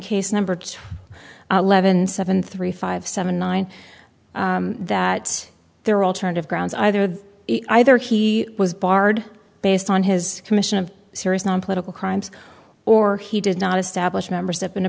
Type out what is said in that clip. case number two leavened seven three five seven nine that there are alternative grounds either of either he was barred based on his commission of serious nonpolitical crimes or he did not establish membership in a